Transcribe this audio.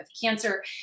cancer